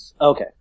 Okay